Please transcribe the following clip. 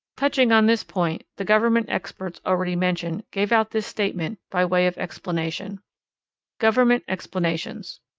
touching on this point the government experts already mentioned gave out this statement by way of explanation government explanations.